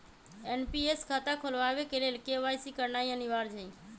NPS खता खोलबाबे के लेल के.वाई.सी करनाइ अनिवार्ज हइ